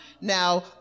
Now